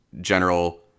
general